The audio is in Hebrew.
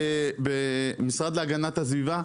במשרד להגנת הסביבה,